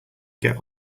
get